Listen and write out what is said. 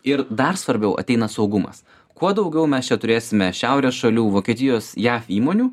ir dar svarbiau ateina saugumas kuo daugiau mes čia turėsime šiaurės šalių vokietijos jav įmonių